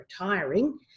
retiring